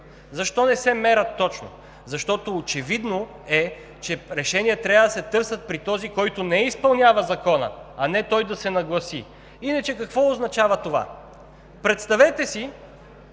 Защо не се мерят точно – защото очевидно е, че решения трябва да се търсят при този, които не изпълнява Закона, а не той да се нагласи. Иначе, какво означава това? Представете си,